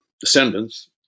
descendants